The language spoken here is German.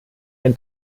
ein